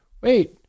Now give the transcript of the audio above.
Wait